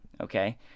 okay